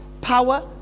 power